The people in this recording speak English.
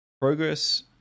Progress